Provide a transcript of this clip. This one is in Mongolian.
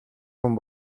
хүн